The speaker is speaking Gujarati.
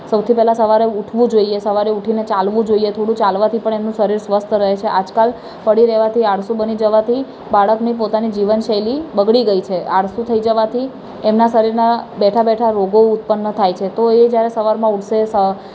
સૌથી પહેલા સવારે ઉઠવું જોઈએ સવારે ઉઠીને ચાલવું જોઈએ થોડું ચાલવાથી પણ એમનું શરીર સ્વસ્થ રહે છે આજકાલ પડી રહેવાથી આળસુ બની જવાથી બાળકને પોતાની જીવનશૈલી બગડી ગઈ છે આળસુ થઇ જવાથી એમનાં શરીરના બેઠાં બેઠાં રોગો ઉત્પન્ન થાય છે તો એ જયારે સવારમાં ઉઠશે સ